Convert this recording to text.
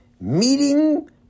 meeting